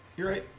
your